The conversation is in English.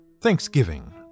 Thanksgiving